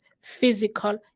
physical